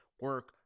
Work